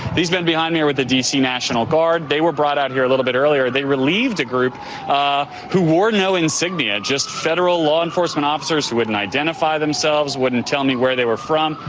these men behind me are with the d c. national guard. they were brought out here a little bit earlier. they relieved a group ah who wore no insignia, just federal law enforcement officers who wouldn't identify themselves, wouldn't tell me where they were from,